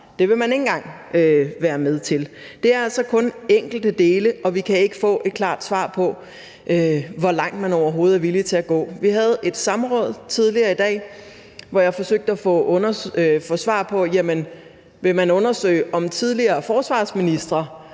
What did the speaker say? Det vil man ikke engang være med til. Det er altså kun enkelte dele, og vi kan ikke få et klart svar på, hvor langt man overhovedet er villig til at gå. Vi havde et samråd tidligere i dag, hvor jeg forsøgte at få svar på, om man vil undersøge, om f.eks. tidligere forsvarsministre